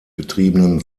betriebenen